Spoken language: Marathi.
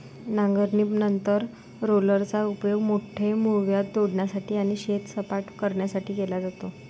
नांगरणीनंतर रोलरचा उपयोग मोठे मूळव्याध तोडण्यासाठी आणि शेत सपाट करण्यासाठी केला जातो